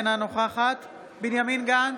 אינה נוכחת בנימין גנץ,